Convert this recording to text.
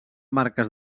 marques